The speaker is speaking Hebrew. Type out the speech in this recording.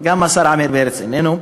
גם השר עמיר פרץ איננו.